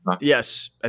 Yes